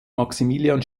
maximilian